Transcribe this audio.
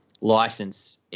license